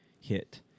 hit